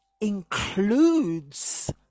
includes